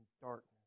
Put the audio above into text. darkness